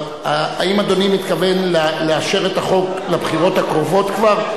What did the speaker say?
האם אדוני מתכוון לאשר את החוק לבחירות הקרובות כבר?